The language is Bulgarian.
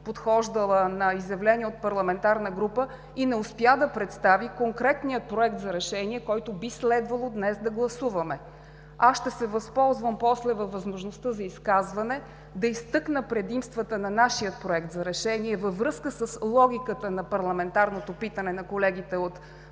подхождала на изявление от парламентарна група, и не успя да представи конкретния Проект за решение, който би следвало днес да гласуваме. После ще се възползвам от възможността за изказване да изтъкна предимствата на нашия Проект за решение във връзка с логиката на парламентарното питане на колегите от БСП. Затова